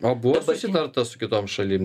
o buvo pasitarta su kitom šalim